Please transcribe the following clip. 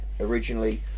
originally